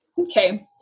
Okay